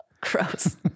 Gross